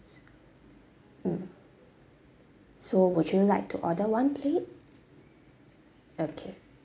mm so would you like to order one plate okay